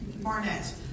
Barnett